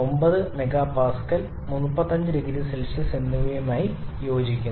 9 MPa 35 0C എന്നിവയുമായി യോജിക്കുന്നു